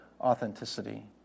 authenticity